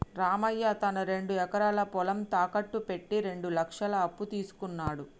రామయ్య తన రెండు ఎకరాల పొలం తాకట్టు పెట్టి రెండు లక్షల అప్పు తీసుకున్నడు